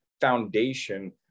foundation